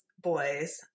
boys